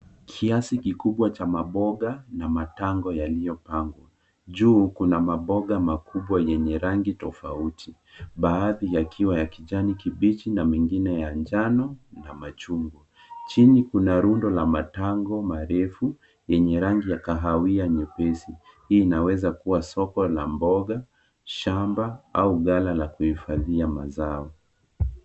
Kiasi kikubwa cha maboga na matango yaliyopangwa. Juu kuna maboga makubwa yenye rangi tofauti, baadhi yakiwa ya kijani kibichi na mengine ya njano na machungwa. Chini kuna rundo la matango marefu yenye rangi ya kahawia nyepesi. Hii inaweza kuwa soko la mboga, shamba au ghala la kuhifadhia mazao.